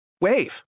Wave